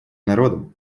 народом